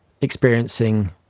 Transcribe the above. experiencing